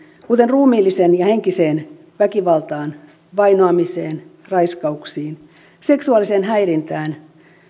kuten ruumiilliseen ja henkiseen väkivaltaan vainoamiseen raiskauksiin seksuaaliseen häirintään